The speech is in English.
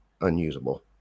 unusable